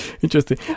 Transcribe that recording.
interesting